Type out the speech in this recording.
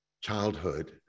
childhood